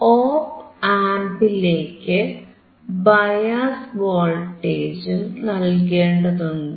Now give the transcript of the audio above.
op ആംപിലേക്ക് bias വോൾട്ടേജും നൽകേണ്ടതുണ്ട്